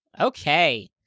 okay